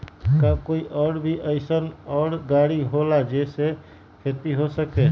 का कोई और भी अइसन और गाड़ी होला जे से खेती हो सके?